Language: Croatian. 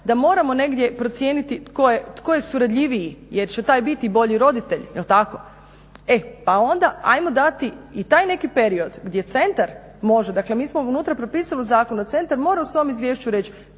da moramo negdje procijeniti tko je suradljiviji jer će taj biti bolji roditelj, jel tako? Pa ajmo dati i taj neki period gdje centar može, dakle mi smo unutra propisali u zakonu da centar mora u svom izvješću reć